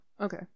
Okay